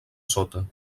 sota